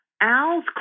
Al's